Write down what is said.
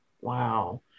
Wow